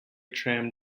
tram